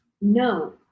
No